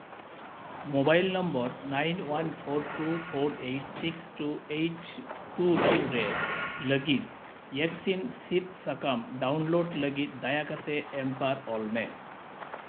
mobile number nine one four two four eight six two eight two two ᱨᱮ ᱞᱟᱹᱜᱤᱫ ᱤᱭᱮᱠᱥᱤᱱ ᱥᱤᱫ ᱥᱟᱠᱟᱢ ᱰᱟᱣᱩᱱᱞᱳᱰ ᱞᱟᱹᱜᱤᱫ ᱫᱟᱭᱟ ᱠᱟᱛᱮᱫ ᱮᱢᱯᱟᱨ ᱚᱞ ᱢᱮ